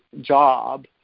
job